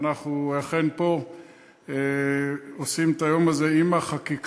ואנחנו אכן פה עושים את היום הזה עם החקיקה.